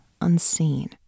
unseen